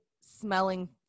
smelling